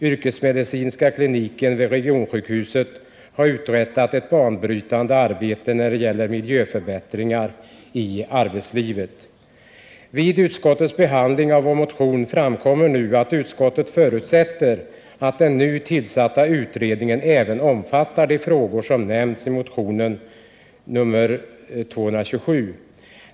Yrkesmedicinska kliniken vid regionsjukhuset har uträttat ett banbrytande arbete när det gäller miljöförbättringar i arbetslivet. Vid utskottets behandling av vår motion framkommer nu att utskottet förutsätter, att den nu tillsatta utredningen även omfattar de frågor som nämns i motionen 227.